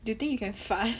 do you think you can fart